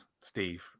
Steve